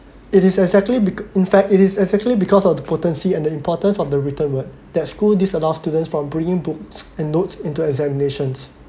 it is exactly bec~ in fact it is exactly because of the potency and the importance of the written word that school disallow students from bringing books and notes into examinations